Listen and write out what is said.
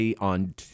on